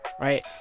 right